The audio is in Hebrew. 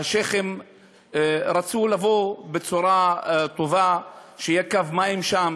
השיח'ים רצו לבוא בצורה טובה, שיהיה קו מים שם